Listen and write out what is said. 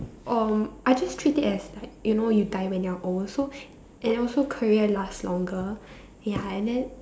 um I just treat it as like you know you die when you're old so and also career lasts longer ya and then